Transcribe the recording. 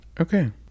Okay